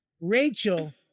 Rachel